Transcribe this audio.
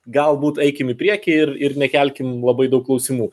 galbūt eikim į priekį ir ir nekelkim labai daug klausimų